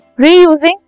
reusing